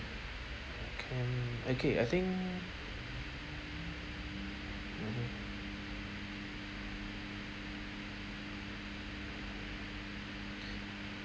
I can okay I think mmhmm